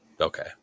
Okay